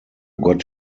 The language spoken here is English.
got